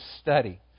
study